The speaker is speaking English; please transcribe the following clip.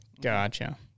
Gotcha